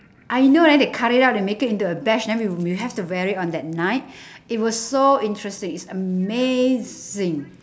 I know then they cut it out they make it into a badge then we we have to wear it on that night it was so interesting it's amazing